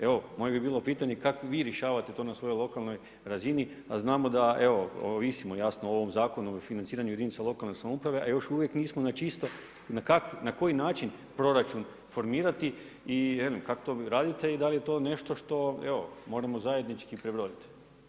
Evo moje bi bilo pitanje kako vi rješavate to na svojo lokalnoj razini, a znamo da evo ovisimo o ovom Zakonu o financiranju jedinica lokalne samouprave, a još uvijek nismo na čisto na koji način proračun formirati i velim kak vi to radite i da li je to nešto što moramo zajednički prebroditi?